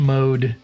Mode